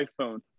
iPhone